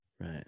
Right